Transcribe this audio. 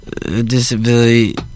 disability